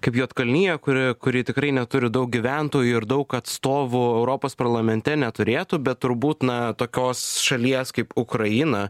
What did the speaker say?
kaip juodkalnija kuri kuri tikrai neturi daug gyventojų ir daug atstovų europos parlamente neturėtų bet turbūt na tokios šalies kaip ukraina